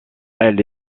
elle